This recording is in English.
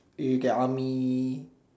you will get army